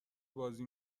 بازی